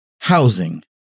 Housing